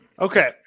Okay